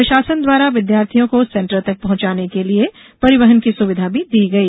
प्रशासन द्वारा विद्यार्थियों को सेंटर तक पहुंचाने के लिये परिवहन की सुविधा भी दी गई